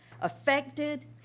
affected